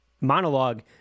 monologue